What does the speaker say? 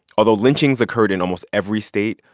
although lynchings occurred in almost every state,